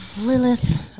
Lilith